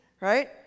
Right